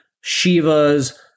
Shiva's